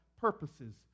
purposes